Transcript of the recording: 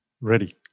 ready